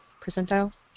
percentile